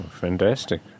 fantastic